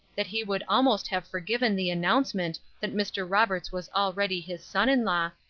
that he would almost have forgiven the announcement that mr. roberts was already his son-in-law,